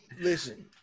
Listen